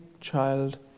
child